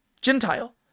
gentile